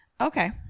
Okay